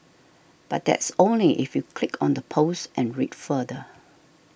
but that's only if you click on the post and read further